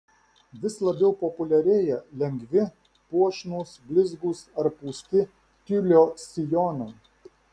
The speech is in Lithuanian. vis labiau populiarėja lengvi puošnūs blizgūs ar pūsti tiulio sijonai